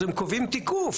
אז הם קובעים תיקוף.